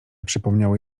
przypomniały